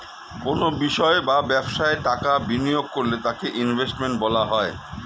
কোনো বিষয় বা ব্যবসায় টাকা বিনিয়োগ করলে তাকে ইনভেস্টমেন্ট বলা হয়